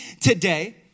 today